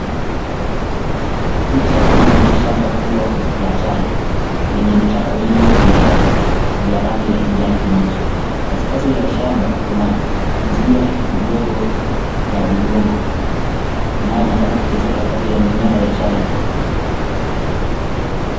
Picha hii inaonyesha shamba kubwa la chai, lenye vichaka vingi vya chai vya rangi ya kijani kibichi. Katikati ya shamba kuna njia ndogo ya udongo inayoonekana kupitia katikati ya mimea ya chai.